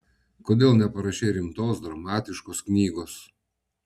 kodėl neparašei rimtos dramatiškos knygos